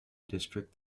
district